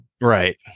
right